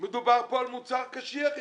מדובר פה על מוצר קשיח יחסית.